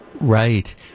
Right